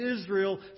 Israel